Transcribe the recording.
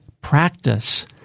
practice